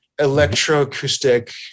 electroacoustic